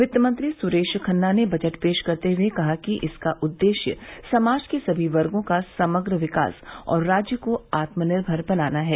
वित्तमंत्री सुरेश खन्ना ने बजट पेश करते हुए कहा कि इसका उद्देश्य समाज के सभी वर्गों का समग्र विकास और राज्य को आत्मनिर्भर बनाना है